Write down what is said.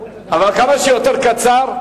אבל כמה שיותר קצר,